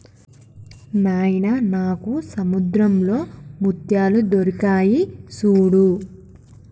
నాయిన నాకు సముద్రంలో ముత్యాలు దొరికాయి సూడు